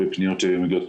בפניות שמגיעות,